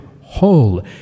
whole